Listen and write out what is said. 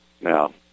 Now